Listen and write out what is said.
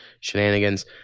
shenanigans